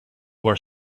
were